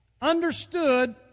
understood